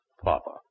Papa